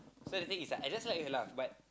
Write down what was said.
so the thing is like I just like her laugh but